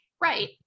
Right